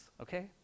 okay